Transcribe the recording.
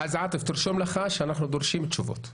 אז עאטף, תרשום לך שאנחנו דורשים תשובות.